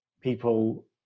people